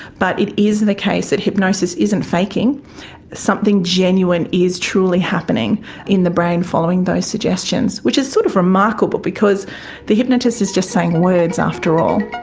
but it is the case that hypnosis isn't faking something genuine is truly happening in the brain following those suggestions. which is sort of remarkable because the hypnotist is just saying words, after all.